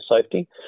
safety